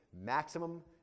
maximum